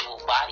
body